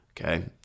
Okay